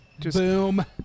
Boom